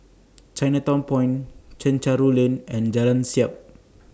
Chinatown Point Chencharu Lane and Jalan Siap